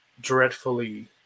dreadfully